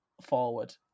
forward